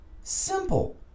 simple